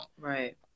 Right